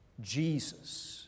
Jesus